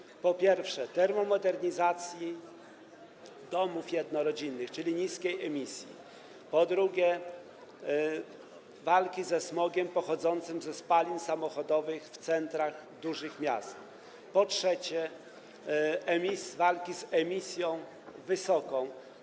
Chodzi o, po pierwsze, termomodernizację domów jednorodzinnych, czyli niską emisję, po drugie, walkę ze smogiem pochodzącym ze spalin samochodowych w centrach dużych miast, po trzecie, walkę z emisją wysoką.